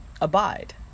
abide